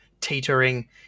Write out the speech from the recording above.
teetering